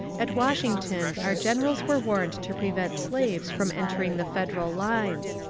at washington our generals were warned to prevent slaves from entering the federal lines.